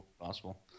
possible